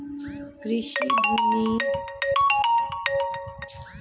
कृषि भूमि आम तौर पर खेत या फसल के साथ चरागाह, रंगभूमि दोनों का पर्याय है